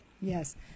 Yes